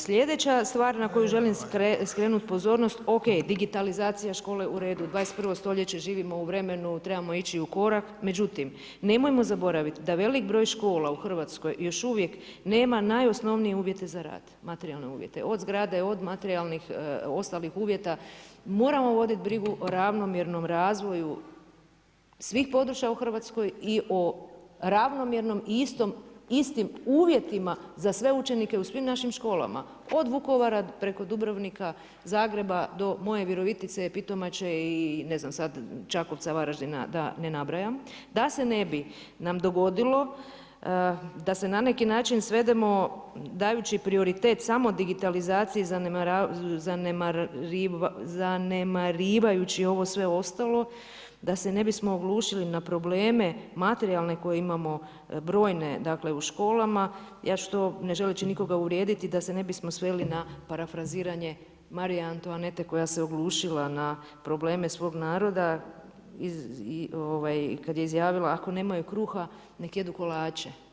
Sljedeća stvar na koju želim skrenut pozornost, ok, digitalizacija škole u redu, 21. stoljeće, živimo u vremenu, trebamo ići u korak, međutim nemojmo zaboraviti da velik broj škola u Hrvatskoj još uvijek nema najosnovnije uvjete za rad, materijalne uvjete, od zgrade, od materijalnih ostalih uvjeta, moramo vodit brigu o ravnomjernom razvoju svih područja u Hrvatskoj i o ravnomjernom i istim uvjetima za sve učenike u svim našim školama, od Vukovara preko Dubrovnika, Zagreba do moje Virovitice, Pitomače i ne znam sad Čakovca, Varaždina, da ne nabrajam, da se ne bi nam dogodilo da se na neki način svedemo dajući prioritet samo digitalizaciji zanemarivajući ovo sve ostalo, da se ne bismo oglušili na probleme materijalne koje imamo brojne u školama, ja ću to, ne želeći nikoga uvrijediti, da se ne bismo sveli na parafraziranje Marije Antoanete koja se oglušila na probleme svog naroda kad je izjavila: ako nemaju kruha nek jedu kolače.